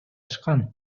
ашкан